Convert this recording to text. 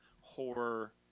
horror